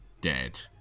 dead